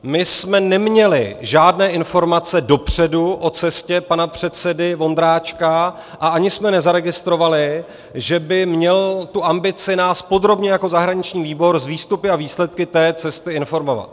My jsme neměli žádné informace dopředu o cestě pana předsedy Vondráčka a ani jsme nezaregistrovali, že by měl ambici nás podrobně jako zahraniční výbor s výstupy a výsledky té cesty informovat.